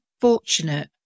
fortunate